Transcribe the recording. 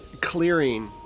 clearing